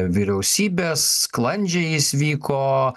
vyriausybės sklandžiai jis vyko